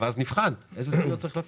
ורק אז נבחן איזה סיוע צריך לתת.